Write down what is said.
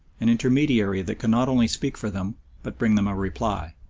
an intermediary that can not only speak for them but bring them a reply.